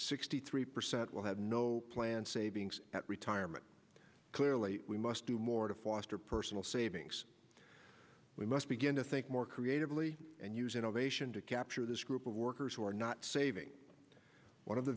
sixty three percent will have no plan savings at retirement clearly we must do more to foster personal savings we must begin to think more creatively and use innovation to capture this group of workers who are not saving one of the